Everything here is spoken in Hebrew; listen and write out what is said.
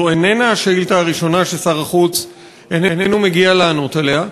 זו איננה השאילתה הראשונה ששר החוץ איננו מגיע לענות עליה.